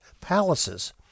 palaces